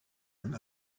and